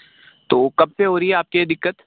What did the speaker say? तो कब से हो रही है आपके ये दिक्कत